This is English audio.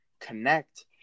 connect